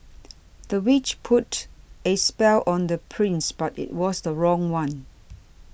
the witch put a spell on the prince but it was the wrong one